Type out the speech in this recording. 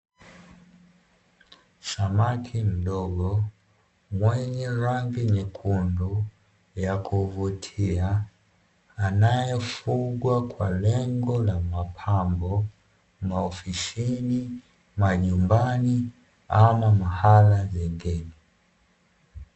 Samaki mdogo mwenye rangi nyekundu ya kuvutia, anayefugwa kwa lengo la mapambo maofisini, majumbani ama mahala zingine.